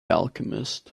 alchemist